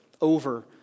over